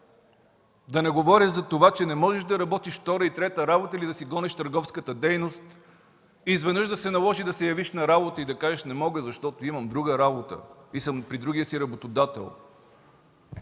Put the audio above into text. Да не говоря за това, че не можеш да работиш втора и трета работа или да си гониш търговската дейност и изведнъж да се наложи да се явиш на работа и да кажеш: не мога, защото имам друга работа и съм при другия си работодател.